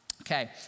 Okay